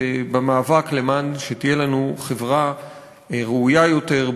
במאבק למען תהיה לנו חברה ראויה יותר,